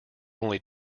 only